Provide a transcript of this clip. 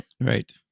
Right